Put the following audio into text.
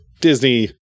Disney